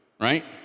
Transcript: Right